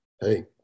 Hey